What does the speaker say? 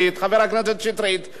חבר הכנסת שטרית,